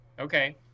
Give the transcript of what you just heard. okay